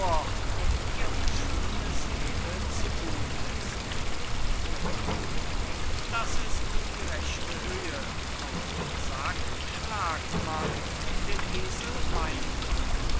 um ihre schöne seele zu thun ist miller das ist die rechte höhe auf den sack schlägt man den esel meint man